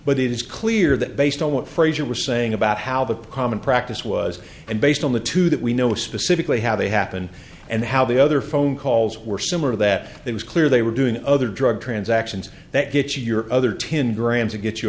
but it is clear that based on what frazier was saying about how the palm and practice was and based on the two that we know specifically how they happened and how the other phone calls were similar to that it was clear they were doing other drug transactions that gets your other ten grams to get you